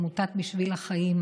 עמותת בשביל החיים,